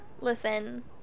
listen